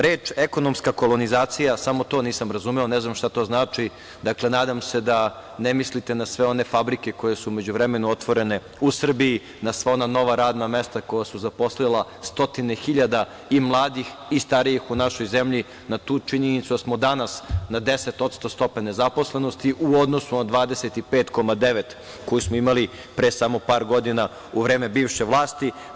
Reč – ekonomska kolonizacija samo to nisam razumeo, ne znam šta to znači, dakle nadam se da ne mislite na sve one fabrike koje su u međuvremenu otvorene u Srbiji, na sva ona nova radna mesta koja su zaposlila stotine hiljada i mladih i starijih u našoj zemlji, na tu činjenicu da smo danas na 10% stope nezaposlenosti u odnosu na 25,9% koji smo imali pre samo par godina u vreme bivše vlasti.